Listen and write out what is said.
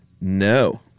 No